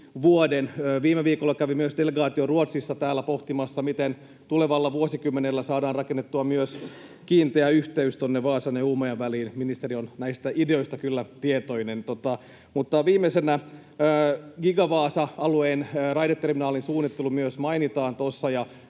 Viime viikolla kävi delegaatio Ruotsista täällä pohtimassa, miten tulevalla vuosikymmenellä saadaan rakennettua myös kiinteä yhteys Vaasan ja Uumajan väliin. Ministeri on näistä ideoista kyllä tietoinen. Mutta viimeisenä mainitaan myös GigaVaasa-alueen raideterminaalin suunnittelu, ja toivon,